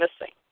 missing